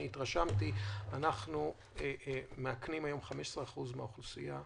אנחנו מאכנים היום 15% מהאוכלוסייה,